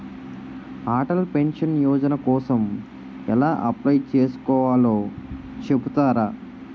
Atal pension Yojana కోసం ఎలా apply చేసుకోవాలో చెపుతారా?